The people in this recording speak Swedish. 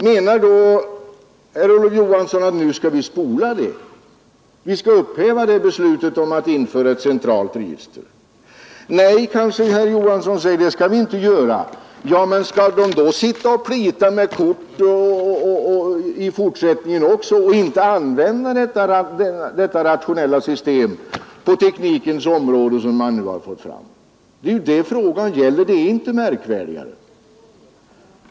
Menar herr Olof Johansson att vi nu skall upphäva det beslutet? Om herr Johansson inte tycker att vi skall göra det, skall personalen då sitta och plita med kort och liknande i fortsättningen också och inte använda det rationella system på teknikens område som man nu har fått fram? Det är detta frågan gäller — det är inte märkvärdigare.